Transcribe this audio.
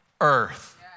earth